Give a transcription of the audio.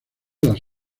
las